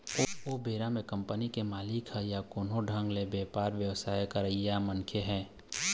ओ बेरा म कंपनी के मालिक ह या कोनो ढंग ले बेपार बेवसाय करइया मनखे ह